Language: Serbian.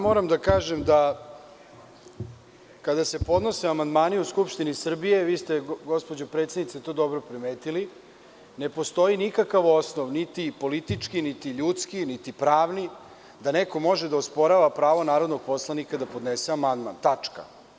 Moram da kažem da, kada se podnose amandmani u Skupštini Srbije, vi ste gospođo predsednice to dobro primetili, ne postoji nikakav osnov, niti politički, niti ljudski, niti pravni, da neko može da osporava pravo narodnog poslanika da podnese amandman.